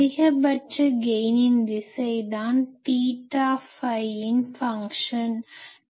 அதிகபட்ச கெய்னின் திசைதான் தீட்டா ஃபையின் ஃபங்க்ஷன் function - சார்பு